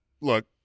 Look